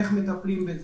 איך מטפלים בזה,